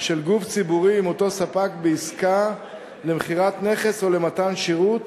של גוף ציבורי עם אותו ספק בעסקה למכירת נכס או למתן שירות